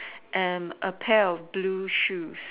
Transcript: and a pair of blue shoes